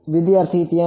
વિદ્યાર્થી ત્યાં છે